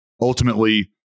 ultimately